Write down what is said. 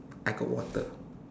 I got water